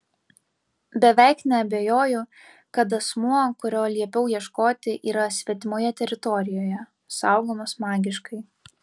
beveik neabejoju kad asmuo kurio liepiau ieškoti yra svetimoje teritorijoje saugomas magiškai